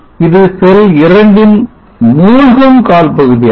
இது செல் இரண்டின் மூழ்கும் கால் பகுதியாகும்